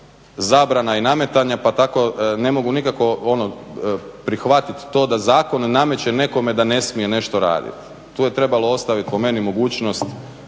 i nametanja pa tako ne mogu nikako ono prihvatiti to da zakon nameće nekome da ne smije nešto raditi. Tu je trebalo ostaviti po meni mogućnost